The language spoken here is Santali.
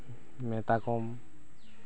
ᱢᱮᱛᱟ ᱠᱚᱢ